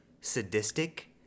sadistic